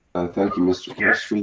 thank you, mr. keshe.